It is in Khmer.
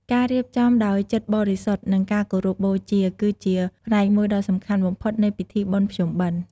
ការរៀបចំដោយចិត្តបរិសុទ្ធ និងការគោរពបូជា គឺជាផ្នែកមួយដ៏សំខាន់បំផុតនៃពិធីបុណ្យភ្ជុំបិណ្ឌ។